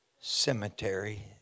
cemetery